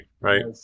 Right